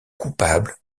coupable